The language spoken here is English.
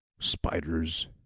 spiders